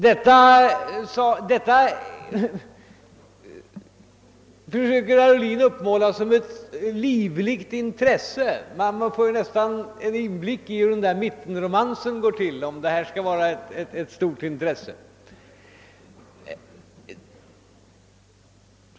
Detta försöker herr Ohlin utmåla som ett livligt intresse, och man får nästan en inblick i hur mittenromansen är, om nu detta skall vara ett stort intresse.